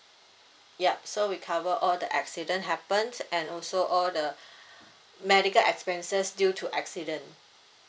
yup so we cover all the accident happen and also all the medical expenses due to accident